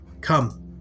Come